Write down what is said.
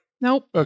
Nope